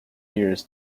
years